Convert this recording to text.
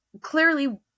clearly